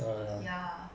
ya